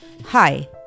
Hi